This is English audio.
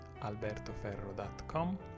albertoferro.com